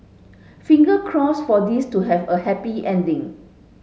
finger crossed for this to have a happy ending